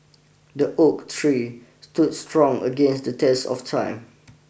the oak tree stood strong against the test of time